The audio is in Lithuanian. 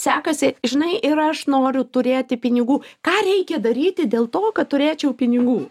sekasi žinai ir aš noriu turėti pinigų ką reikia daryti dėl to kad turėčiau pinigų